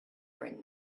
bring